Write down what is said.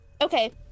Okay